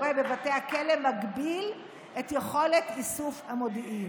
דוח קעטבי אומר שמה שקורה בבתי הכלא מגביל את יכולת איסוף המודיעין.